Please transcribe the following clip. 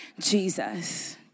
Jesus